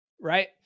right